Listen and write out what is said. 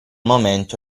momento